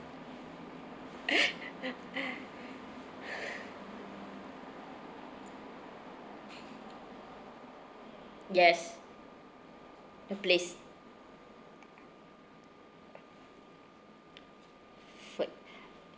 yes the place food